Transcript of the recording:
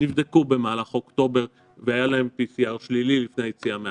נבדקו במהלך אוקטובר והיה להם PCR שלילי לפני היציאה מהארץ.